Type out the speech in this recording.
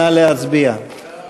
נא להצביע.